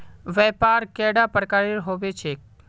व्यापार कैडा प्रकारेर होबे चेक?